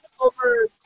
over